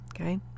okay